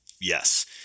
yes